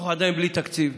אנחנו עדיין בלי תקציב.